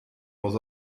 was